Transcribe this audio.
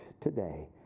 today